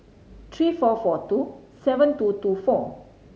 three four four two seven two two four